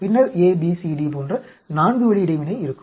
பின்னர் A B C D போன்ற 4 வழி இடைவினை இருக்கும்